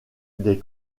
des